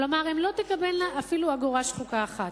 כלומר, הן לא תקבלנה אפילו אגורה שחוקה אחת.